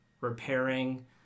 repairing